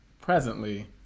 presently